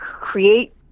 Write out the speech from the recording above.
create